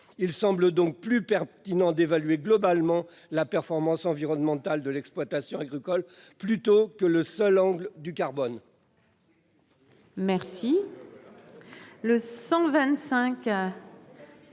Il semble davantage pertinent d'évaluer globalement la performance environnementale de l'exploitation agricole, plutôt que sous le seul angle de